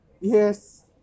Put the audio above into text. Yes